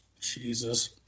Jesus